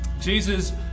Jesus